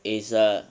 is a